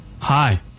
Hi